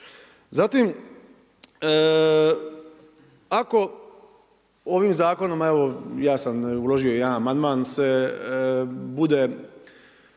Zatim ako ovim zakonom, evo ja sam uložio jedan amandman, se bude